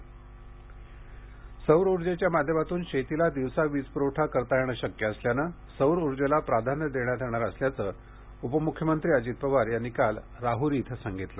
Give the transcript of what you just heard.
सौरऊर्जा सौर ऊर्जेच्या माध्यमातून शेतीला दिवसा वीज प्रवठा करता येत असल्याने सौर ऊर्जेला प्राधान्य देण्यात येणार असल्याचे उपमूख्यमंत्री अजित पवार यांनी काल राह्री येथे सांगितले